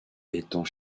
étant